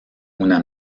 una